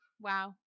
wow